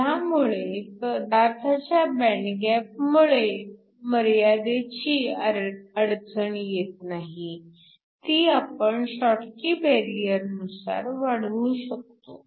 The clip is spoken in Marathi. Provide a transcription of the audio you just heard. ह्यामुळे पदार्थाच्या बँड गॅपमुळे मर्यादेची अडचण येत नाही ती आपण शॉटकी बॅरिअरनुसार वाढवू शकतो